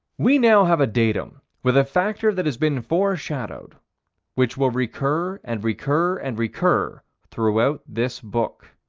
we now have a datum with a factor that has been foreshadowed which will recur and recur and recur throughout this book.